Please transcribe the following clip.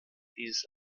dieses